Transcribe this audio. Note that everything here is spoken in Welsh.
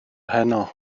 heno